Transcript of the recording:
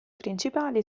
principali